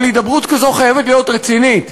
אבל הידברות כזאת חייבת להיות רצינית,